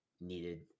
needed